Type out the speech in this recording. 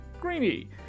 Greeny